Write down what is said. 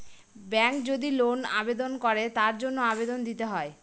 ব্যাঙ্কে যদি লোন আবেদন করে তার জন্য আবেদন দিতে হয়